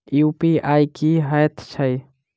UPI की हएत छई?